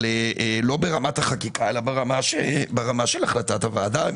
אבל לא ברמת החקיקה אלא ברמה של החלטת הוועדה,